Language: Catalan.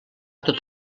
tot